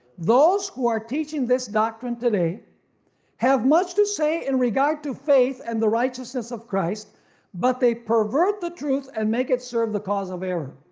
those who are teaching this doctrine today have much to say in regard to faith and the righteousness of christ but they pervert the truth and make it serve the cause of error.